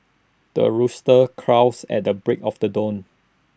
the rooster crows at the break of the dawn